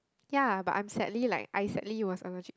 ya but I'm sadly like I sadly was allergy